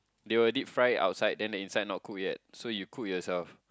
they will deep fry outside then the inside not cooked yet so you cook yourself